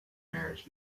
marriage